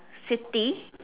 city